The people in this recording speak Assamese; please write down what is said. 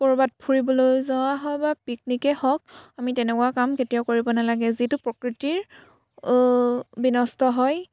ক'ৰবাত ফুৰিবলৈ যোৱা হয় বা পিকনিকেই হওক আমি তেনেকুৱা কাম কেতিয়াও কৰিব নালাগে যিটো প্ৰকৃতিৰ বিনষ্ট হয়